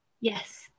Yes